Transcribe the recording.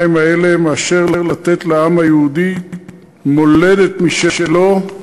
האלה מאשר לתת לעם היהודי מולדת משלו,